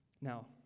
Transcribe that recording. Now